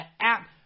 app